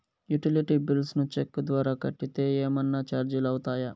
Utility bills ను cheque ద్వారా కట్టితే ఏమన్నా చార్జీలు అవుతాయా?